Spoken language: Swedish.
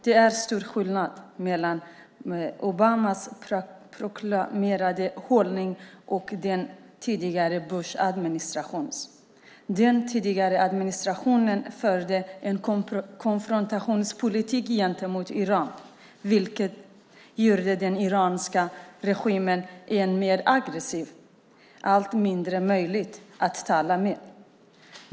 Det är stor skillnad mellan Obamas proklamerade hållning och den tidigare Bushadministrationens. Den tidigare administrationen förde en konfrontationspolitik gentemot Iran, vilket gjorde den iranska regimen än mer aggressiv, allt mindre möjlig att tala med.